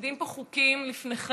עומדים פה חוקים לפניכם,